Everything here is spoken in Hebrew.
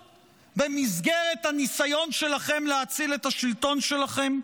במסגרת הניסיון שלכם להציל את השלטון שלכם?